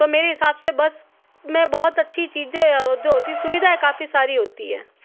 तो मेरे हिसाब से बस मैं बहुत अच्छी चीज़ें जो होती सुविधाएं काफ़ी सारी होती हैं